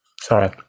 Sorry